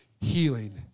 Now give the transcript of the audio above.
Healing